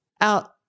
out